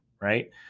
right